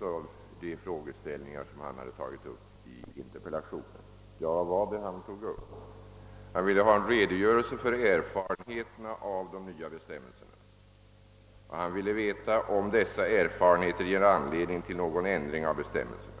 av de frågor som han hade tagit upp i sin interpellation. Vad var det då han där efterlyste? Jo, han ville ha en redogörelse för erfarenheterna av de nya bestämmelserna och ville veta om dessa erfarenheter ger anledning till någon ändring av bestämmelserna.